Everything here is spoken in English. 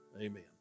Amen